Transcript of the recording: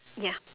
ya